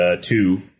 two